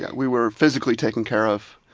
yeah we were physically taken care of,